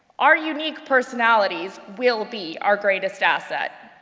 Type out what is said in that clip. our unique personalities will be our greatest asset.